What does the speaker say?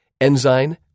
Enzyme